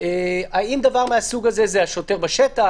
האם דבר מהסוג הזה זה השוטר בשטח?